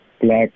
Black